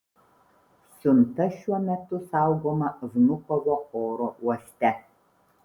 siunta šiuo metu saugoma vnukovo oro uoste